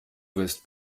wirst